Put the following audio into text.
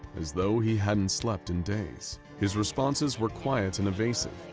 as though he hadn't slept in days. his responses were quiet and evasive,